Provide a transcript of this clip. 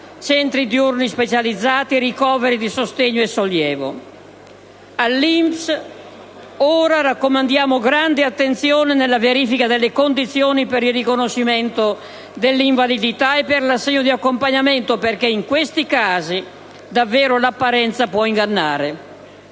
centri diurni specializzati, ricoveri di sostegno e sollievo. All'INPS ora raccomandiamo grande attenzione nella verifica delle condizioni per il riconoscimento dell'invalidità e per l'assegno di accompagnamento, perché in questi casi davvero l'apparenza può ingannare.